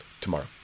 tomorrow